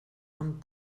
amb